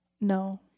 No